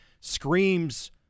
screams